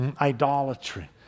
idolatry